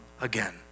again